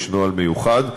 יש נוהל מיוחד.